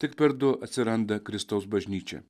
tik per du atsiranda kristaus bažnyčia